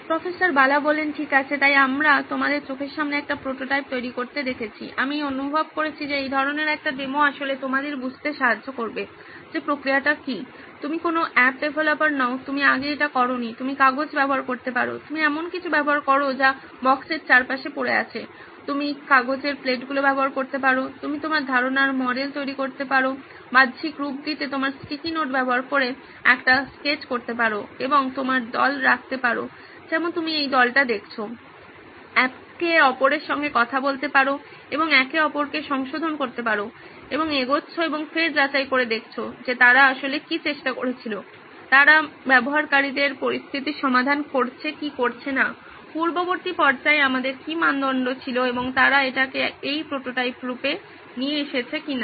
professor Bala ঠিক আছে তাই আমরা তোমাদের চোখের সামনে একটি প্রোটোটাইপ তৈরি করতে দেখেছি আমি অনুভব করেছি যে এই ধরনের একটি ডেমো আসলে তোমাদের বুঝতে সাহায্য করবে যে প্রক্রিয়াটি কী তুমি কোনো অ্যাপ ডেভেলপার নও তুমি আগে এটি করোনি তুমি কাগজ ব্যবহার করতে পারো তুমি এমন কিছু ব্যবহার করতে পারো যা বক্সের চারপাশে পড়ে আছে তুমি কাগজের প্লেটগুলি ব্যবহার করতে পারো তুমি তোমার ধারণার মডেল তৈরি করতে বাহ্যিক রূপ দিতেতোমার স্টিকি নোট ব্যবহার করে একটি স্কেচ করতে পারো এবং তোমার দল রাখতে পারো যেমন তুমি এই দলটি দেখেছো একে অপরের সঙ্গে কথা বলতে পারো এবং একে অপরকে সংশোধন করতে পারো এবং এগোচ্ছো এবং ফের যাচাই করে দেখছো যে তারা আসলে কি চেষ্টা করছিল তারা ব্যবহারকারীদের পরিস্থিতির সমাধান করছে কি করছে না পূর্ববর্তী পর্যায়ে আমাদের কী মানদণ্ড ছিল এবং তারা এটিকে এই প্রোটোটাইপ রূপে নিয়ে এসেছে কি না